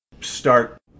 start